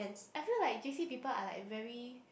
I feel like J_C people are like very